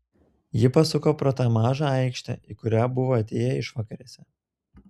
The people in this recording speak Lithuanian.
ji pasuko pro tą mažą aikštę į kurią buvo atėję išvakarėse